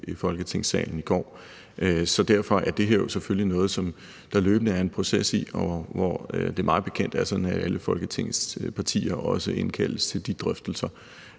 i Folketingssalen i går. Så derfor er det her selvfølgelig noget, som der løbende er en proces i, og hvor det mig bekendt er sådan, at alle Folketingets partier også indkaldes til de drøftelser.